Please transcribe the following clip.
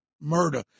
murder